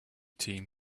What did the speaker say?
team